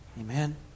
Amen